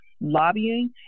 lobbying